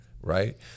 right